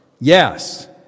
yes